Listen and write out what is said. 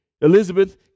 Elizabeth